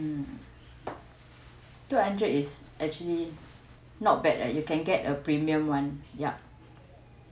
mm two hundred is actually not bad eh you can get a premium one yup